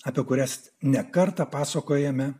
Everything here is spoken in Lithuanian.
apie kurias ne kartą pasakojome